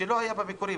שלא היה בהצעה המקורית,